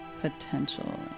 Potential